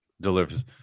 delivers